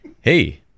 Hey